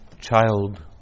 child